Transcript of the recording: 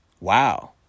Wow